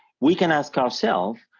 we can ask ourselves,